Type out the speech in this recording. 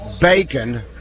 bacon